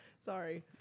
sorry